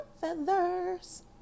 feathers